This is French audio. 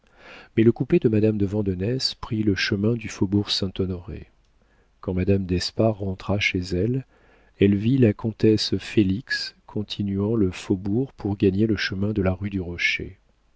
mais le coupé de madame de vandenesse prit le chemin du faubourg saint-honoré quand madame d'espard rentra chez elle elle vit la comtesse félix continuant le faubourg pour gagner le chemin de la rue du rocher